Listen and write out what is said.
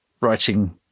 writing